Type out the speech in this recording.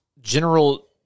General